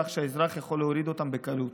כך שהאזרח יכול להוריד אותם בקלות.